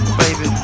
baby